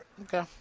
Okay